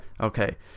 Okay